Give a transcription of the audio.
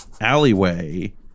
alleyway